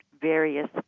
various